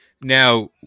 Now